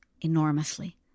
enormously